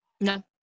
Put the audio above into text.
No